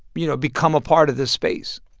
you know, become a part of this space?